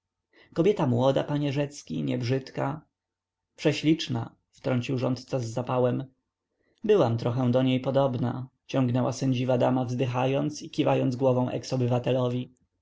kobieta młoda panie rzecki niebrzydka prześliczna wtrącił rządca z zapałem byłam trochę do niej podobna ciągnęła sędziwa dama wzdychając i kiwając głową eks-obywatelowi